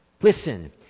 Listen